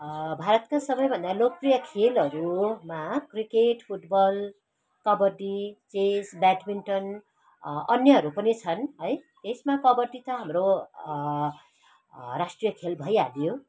भारतका सबैभन्दा लोकप्रिय खेलहरूमा cricket football kabaddi chess badminton अन्यहरू पनि छन् है यसमा कबड्डी त हाम्रो राष्ट्रिय खेल भइहाल्यो